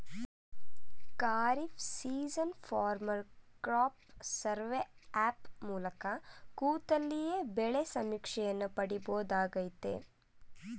kharif season farmer crop survey app ಮೂಲಕ ಕೂತಲ್ಲಿಯೇ ಬೆಳೆ ಸಮೀಕ್ಷೆಯನ್ನು ಪಡಿಬೋದಾಗಯ್ತೆ